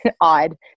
odd